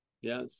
Yes